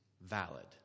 valid